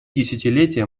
десятилетия